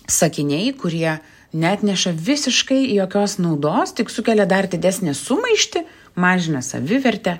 sakiniai kurie neatneša visiškai jokios naudos tik sukelia dar didesnę sumaištį mažina savivertę